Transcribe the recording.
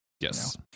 Yes